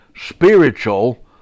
spiritual